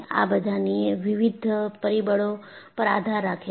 આ બધા વિવિધ પરિબળો પર આધાર રાખે છે